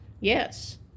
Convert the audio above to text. Yes